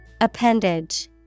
Appendage